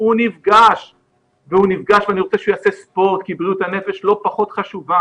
הוא נפגש ואני רוצה שהוא יעשה ספורט כי בריאות הנפש לא פחות חשובה.